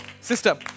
Sister